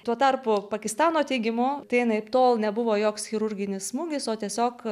tuo tarpu pakistano teigimu tai anaiptol nebuvo joks chirurginis smūgis o tiesiog